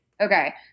Okay